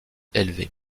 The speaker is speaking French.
élevé